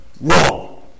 Wrong